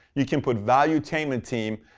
you can put valuetainment team,